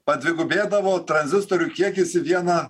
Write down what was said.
padvigubėdavo tranzistorių kiekis į vieną